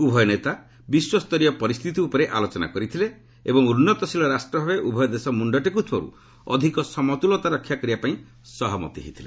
ଉଭୟ ନେତା ବିଶ୍ୱସ୍ତରୀୟ ପରିସ୍ଥିତି ଉପରେ ଆଲୋଚନା କରିଥିଲେ ଏବଂ ଉନ୍ନତଶୀଳ ରାଷ୍ଟ୍ର ଭାବେ ଉଭୟ ଦେଶ ମୁଣ୍ଡ ଟେକୁଥିବାରୁ ଅଧିକ ସମତୁଲତା ରକ୍ଷା କରିବା ପାଇଁ ସହମତ ହୋଇଥିଲେ